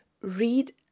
read